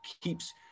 keeps